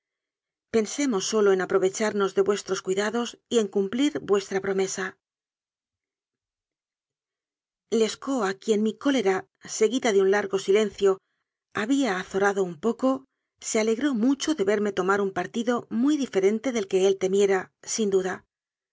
pensemos sólo en aprovecharnos de vuestros cui dados y en cumplir vuestra promesa lescaut a quien mi cólera seguida de un largo silencio había azorado un poco se alegró mucho de verme tomar un partido muy diferente del que él temiera sin duda